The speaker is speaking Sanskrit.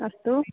अस्तु